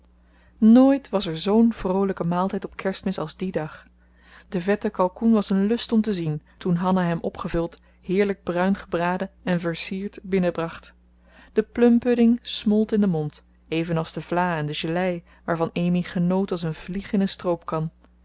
nooit was er zoo'n vroolijke maaltijd op kerstmis als dien dag de vette kalkoen was een lust om te zien toen hanna hem opgevuld heerlijk bruin gebraden en versierd binnen bracht de plumpudding smolt in den mond evenals de vla en de gelei waarvan amy genoot als een vlieg in een stroopkan